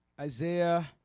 Isaiah